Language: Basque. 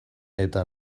eta